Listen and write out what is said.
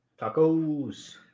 Tacos